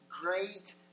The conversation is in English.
great